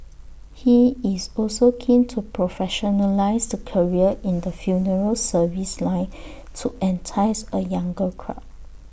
he is also keen to professionalise the career in the funeral service line to entice A younger crowd